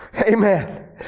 Amen